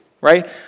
right